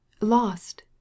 lost